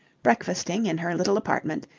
breakfasting in her little apartment,